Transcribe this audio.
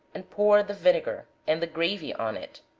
and pour the vinegar and the gravy on it.